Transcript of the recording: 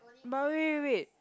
but wait wait wait